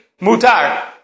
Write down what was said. mutar